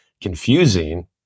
confusing